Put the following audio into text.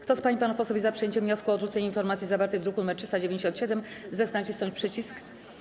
Kto z pań i panów posłów jest za przyjęciem wniosku o odrzucenie informacji zawartej w druku nr 397, zechce nacisnąć przycisk.